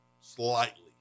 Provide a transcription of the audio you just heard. slightly